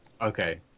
Okay